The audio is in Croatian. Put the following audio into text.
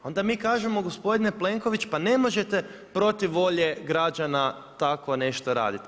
Onda mi kažemo gospodine Plenković, pa ne možete protiv volje građana tako nešto raditi.